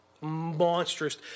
monstrous